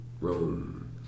Rome